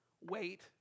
wait